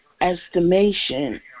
estimation